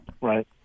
Right